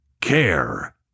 care